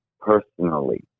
personally